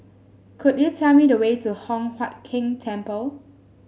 could you tell me the way to Hock Huat Keng Temple